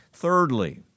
Thirdly